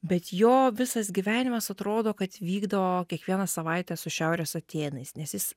bet jo visas gyvenimas atrodo kad vykdavo kiekvieną savaitę su šiaurės atėnais nes jis